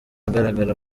agaragara